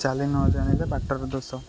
ଚାଲି ନ ଜାଣି ବାଟର ଦୋଷ